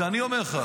את זה אני אומר לך.